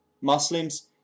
Muslims